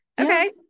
Okay